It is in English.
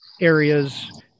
areas